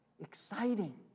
Exciting